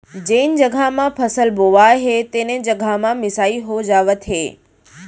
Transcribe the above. जेन जघा म फसल बोवाए हे तेने जघा म मिसाई हो जावत हे